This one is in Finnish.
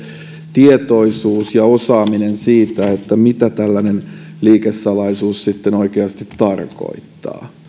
tietoisuus ja osaaminen siinä mitä liikesalaisuus oikeasti tarkoittaa ja